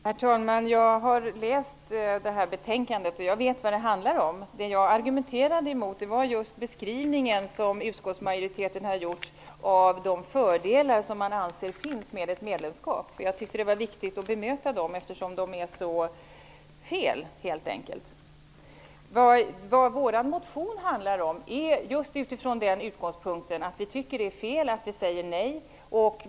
Herr talman! Jag har läst betänkandet, och jag vet vad det handlar om. Jag argumenterade emot den beskrivning som utskottsmajoriteten har gjort av de fördelar som man anser finns med ett medlemskap. Jag tyckte att det var viktigt att bemöta dem eftersom de är så fel. Vår motion har den utgångspunkten att vi tycker att det är fel att vi säger nej.